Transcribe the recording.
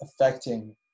affecting